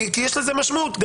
יש לזה משמעות.